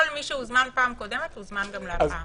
כל מי שהוזמן בפעם הקודמת הוזמן גם הפעם.